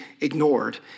ignored